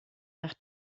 nach